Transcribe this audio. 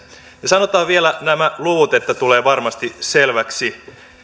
ja sanotaan vielä nämä luvut että tulee varmasti selväksi